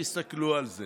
תסתכלו על זה